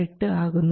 8 ആകുന്നു